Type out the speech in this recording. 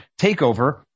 takeover